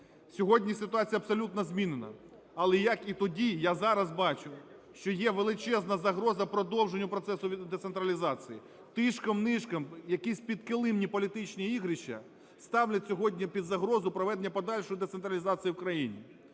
Сьогодні ситуація абсолютно змінена, але, як і тоді, я зараз бачу, що є величезна загроза продовження процесу децентралізації. Тишком-нишком якісь підкилимні політичні ігрища ставлять сьогодні під загрозу проведення подальшої децентралізації в країні.